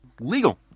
legal